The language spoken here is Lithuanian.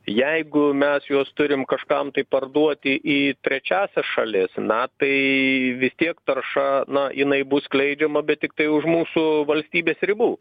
jeigu mes juos turim kažkam tai parduoti į trečiąsias šalis na tai vis tiek tarša na jinai bus skleidžiama bet tiktai už mūsų valstybės ribų